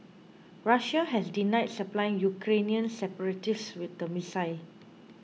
Russia has denied supplying Ukrainian separatists with the missile